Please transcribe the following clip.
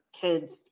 kids